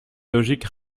logique